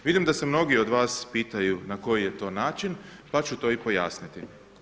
Vidim da se mnogi od vas pitaju na koji je to način pa ću to i pojasniti.